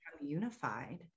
unified